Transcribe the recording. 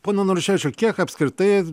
pone naruševičiau kiek apskritai